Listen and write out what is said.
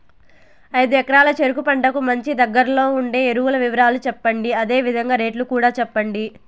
ఐదు ఎకరాల చెరుకు పంటకు మంచి, దగ్గర్లో ఉండే ఎరువుల వివరాలు చెప్పండి? అదే విధంగా రేట్లు కూడా చెప్పండి?